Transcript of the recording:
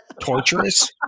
torturous